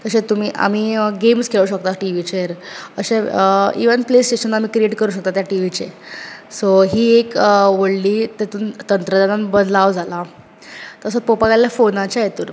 तशेंच तुमी आमी गेम्ज खेळोंक शकतात टिवीचेर अशें इवन प्ले स्टेशन आमी क्रिएट करुंक शकतात त्या टिवीचेर सो ही एक व्हडली तेतुंत तंत्रज्ञानान बदलाव जाला तसोच पळोवपाक गेल्यार फोनाच्या हेतूंत